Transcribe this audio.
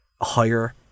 higher